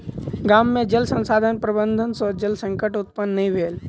गाम में जल संसाधन प्रबंधन सॅ जल संकट उत्पन्न नै भेल